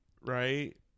right